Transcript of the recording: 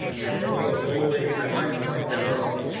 and however boldly i might point them out,